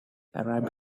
arab